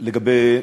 לגבי